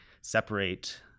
separate